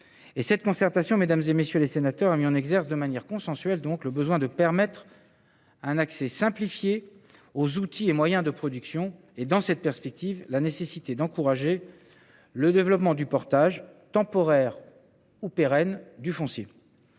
Cette concertation a mis en exergue, de manière consensuelle, le besoin de simplifier l’accès aux outils et aux moyens de production et, dans cette perspective, la nécessité d’encourager le développement du portage, temporaire ou pérenne, du foncier.